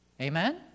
Amen